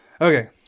Okay